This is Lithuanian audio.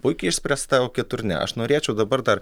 puikiai išspręsta o kitur ne aš norėčiau dabar dar